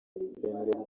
bemerewe